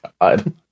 God